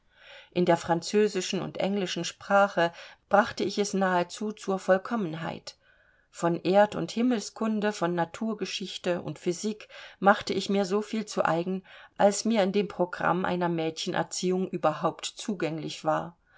in der französischen und englischen sprache brachte ich es nahezu zur vollkommenheit von erd und himmelskunde von naturgeschichte und physik machte ich mir so viel zu eigen als mir in dem programm einer mädchenerziehung überhaupt zugänglich war